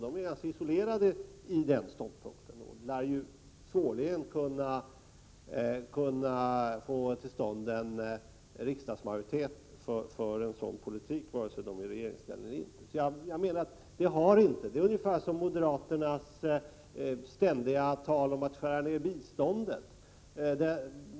De är isolerade i sin ståndpunkt och lär svårligen kunna få till stånd en riksdagsmajoritet för en sådan politik vare sig de är i regering eller inte. Detta är ungefär detsamma som moderaternas ständiga tal om att skära ned biståndet.